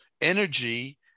energy